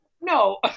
No